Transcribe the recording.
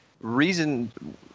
reason